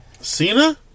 Cena